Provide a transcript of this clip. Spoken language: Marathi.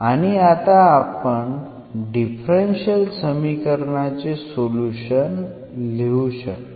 आणि आता आपण डिफरन्शियल समीकरणाचे सोल्युशन लिहू शकतो